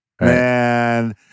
Man